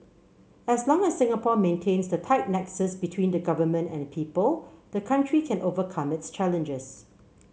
as long as Singapore maintains the tight nexus between the government and people the country can overcome its challenges